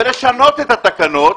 ולשנות את התקנות.